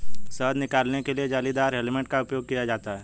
शहद निकालने के लिए जालीदार हेलमेट का उपयोग किया जाता है